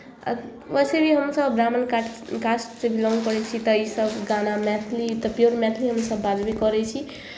वैसे भी हमसभ ब्राह्मण काट कास्टसँ बिलोंग करै छी तऽ इसभ गाना मैथिली तऽ प्योर मैथिली हमसभ बाजबे करै छी